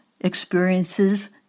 experiences